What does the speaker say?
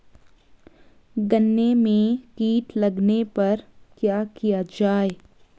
गन्ने में कीट लगने पर क्या किया जाये?